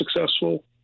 successful